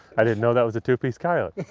i didn't know that was a two piece coyote.